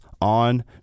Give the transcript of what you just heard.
on